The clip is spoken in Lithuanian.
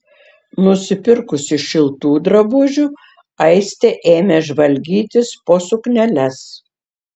nusipirkusi šiltų drabužių aistė ėmė žvalgytis po sukneles